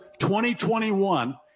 2021